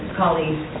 colleagues